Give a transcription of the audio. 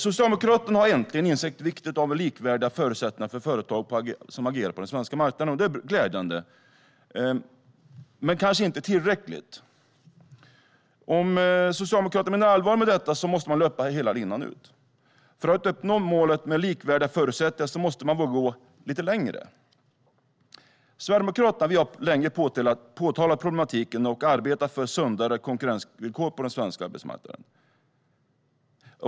Socialdemokraterna har äntligen insett vikten av likvärdiga förutsättningar för företag som agerar på den svenska marknaden. Det är glädjande men kanske inte tillräckligt. Om Socialdemokraterna menar allvar med detta måste man löpa hela linan ut. För att uppnå målet om likvärdiga förutsättningar måste man våga gå lite längre. Sverigedemokraterna har länge påtalat problematiken och arbetat för sundare konkurrensvillkor på den svenska arbetsmarknaden.